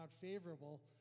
favorable